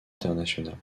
internationales